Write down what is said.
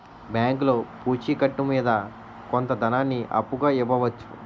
బ్యాంకులో పూచి కత్తు మీద కొంత ధనాన్ని అప్పుగా ఇవ్వవచ్చు